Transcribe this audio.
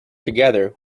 together